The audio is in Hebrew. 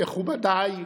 מכובדיי כולם,